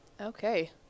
Okay